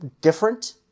different